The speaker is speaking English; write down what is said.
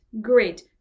great